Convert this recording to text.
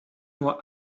nur